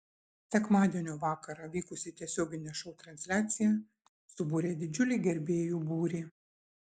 sekmadienio vakarą vykusi tiesioginė šou transliacija subūrė didžiulį gerbėjų būrį